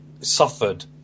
suffered